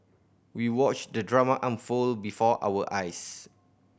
we watched the drama unfold before our eyes